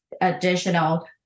additional